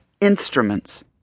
instruments